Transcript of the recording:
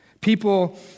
People